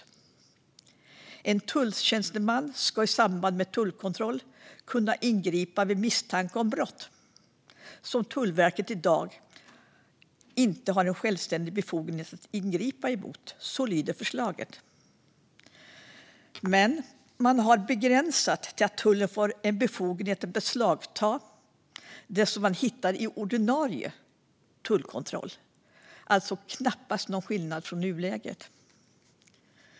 Förslaget lyder: En tulltjänsteman ska i samband med en tullkontroll kunna ingripa vid misstanke om brott som Tullverket i dag inte har självständig befogenhet att ingripa mot. Man har dock begränsat det till att tullen får befogenhet att beslagta det man hittar i ordinarie tullkontroll. Det är alltså knappast någon skillnad från nuläget.